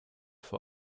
vor